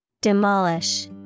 Demolish